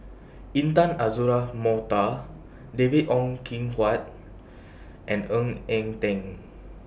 Intan Azura Mokhtar David Ong Kim Huat and Ng Eng Teng